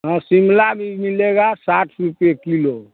हाँ शिमला भी मिलेगा साठ रुपये किलो